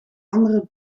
andere